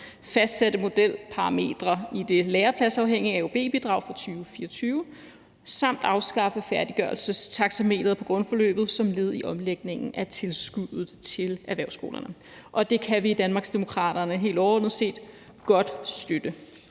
fastsætte modelparametre i det lærepladsafhængige AUB-bidrag for 2024 samt afskaffe færdiggørelsestaxameteret på grundforløbet som led i omlægningen af tilskuddet til erhvervsskolerne. Det kan vi i Danmarksdemokraterne helt overordnet set godt støtte.